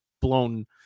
blown